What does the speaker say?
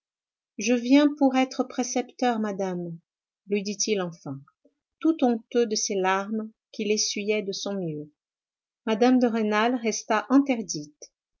je viens pour être précepteur madame lui dit-il enfin tout honteux de ses larmes qu'il essuyait de son mieux mme de rênal resta interdite